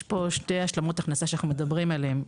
יש פה שתי השלמות הכנסה שאנחנו מדברים עליהן.